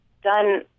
done